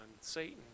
Satan